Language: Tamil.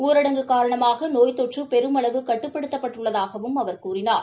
ஊரடங்கு காரணமாக நோய் தொற்று பெருமளவு கட்டுப்படுத்தப் பட்டுள்ளதாகவும் அவர் கூறினார்